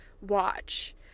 watch